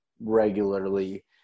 regularly